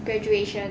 graduation